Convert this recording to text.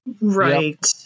Right